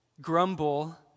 grumble